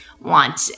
want